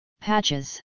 patches